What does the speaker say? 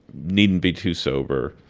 needn't be too sober